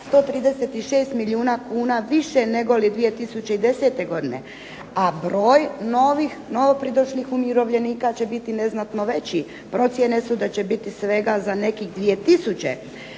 136 milijuna kuna više negoli 2010. godine, a broj novih, novopridošlih umirovljenika će biti neznatno veći, procjene su da će biti svega za nekih 2